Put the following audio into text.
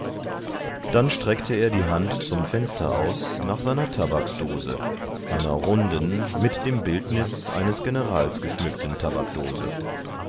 dann streckte er die hand zum fenster aus nach seiner tabaksdose einer runden mit dem bildnis eines generals geschmückten